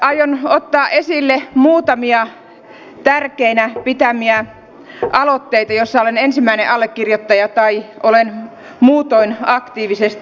aion ottaa esille muutamia tärkeinä pitämiäni aloitteita joissa olen ensimmäinen allekirjoittaja tai olen muutoin aktiivisesti